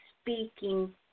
speaking